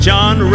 John